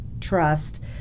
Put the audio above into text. trust